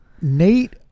Nate